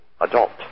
adopt